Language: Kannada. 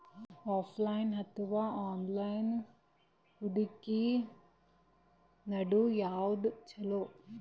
ಆಫಲೈನ ಅಥವಾ ಆನ್ಲೈನ್ ಹೂಡಿಕೆ ನಡು ಯವಾದ ಛೊಲೊ?